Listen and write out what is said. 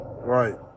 Right